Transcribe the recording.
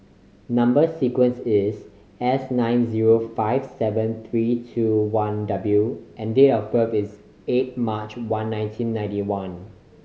number sequence is S nine zero five seven three two one W and date of birth is eight March one nineteen ninety one